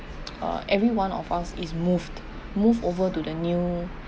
everyone of us is moved move over to the new